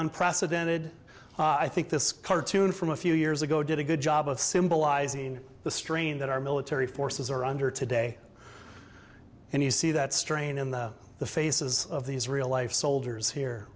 unprecedented i think this cartoon from a few years ago did a good job of symbolizing the strain that our military forces are under today and you see that strain in the the faces of these real life soldiers here